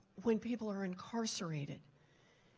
when people are incarcerated,